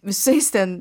visais ten